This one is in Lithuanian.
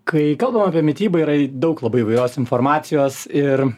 kai kalbam apie mitybą yra daug labai įvairios informacijos ir